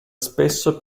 spesso